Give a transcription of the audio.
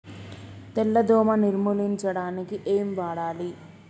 తెల్ల దోమ నిర్ములించడానికి ఏం వాడాలి?